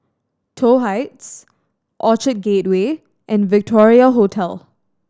Toh Heights Orchard Gateway and Victoria Hotel